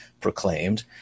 proclaimed